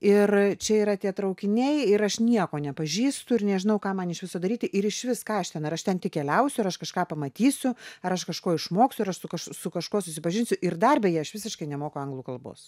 ir čia yra tie traukiniai ir aš nieko nepažįstu ir nežinau ką man iš viso daryti ir išvis ką aš ten ar aš ten tik keliausiu ar aš kažką pamatysiu ar aš kažko išmoksiu ir su kažkuo su kažkuo susipažinsiu ir darbe jei aš visiškai nemoku anglų kalbos